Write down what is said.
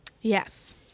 Yes